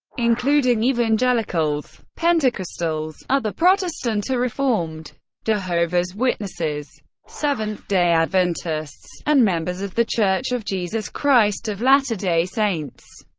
including evangelicals pentecostals other protestant or reformed jehovah's witnesses seventh-day adventists and members of the church of jesus christ of latter-day saints.